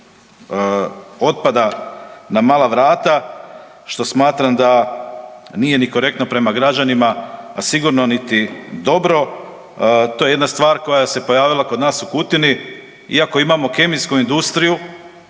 otpada na mala vrata, što smatram da nije ni korektno prema građanima, a sigurno niti dobro. To je jedna stvar koja se pojavila kod nas u Kutini, iako imamo kemijsku industriju